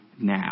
now